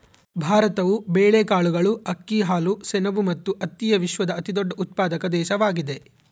ಭಾರತವು ಬೇಳೆಕಾಳುಗಳು, ಅಕ್ಕಿ, ಹಾಲು, ಸೆಣಬು ಮತ್ತು ಹತ್ತಿಯ ವಿಶ್ವದ ಅತಿದೊಡ್ಡ ಉತ್ಪಾದಕ ದೇಶವಾಗಿದೆ